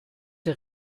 der